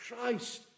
Christ